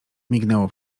mignęło